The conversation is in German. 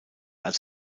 als